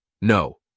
No